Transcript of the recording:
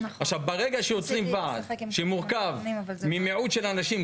ברגע שיוצרים ועד שמורכב ממיעוט של אנשים,